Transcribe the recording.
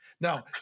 Now